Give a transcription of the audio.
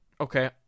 Okay